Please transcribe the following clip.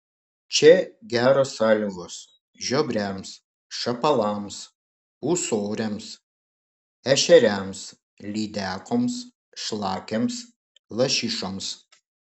čia geros sąlygos žiobriams šapalams ūsoriams ešeriams lydekoms šlakiams lašišoms